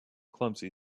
clumsy